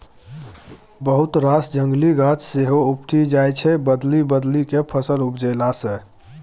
बहुत रास जंगली गाछ सेहो उपटि जाइ छै बदलि बदलि केँ फसल उपजेला सँ